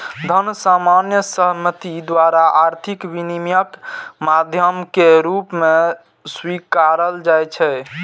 धन सामान्य सहमति द्वारा आर्थिक विनिमयक माध्यम के रूप मे स्वीकारल जाइ छै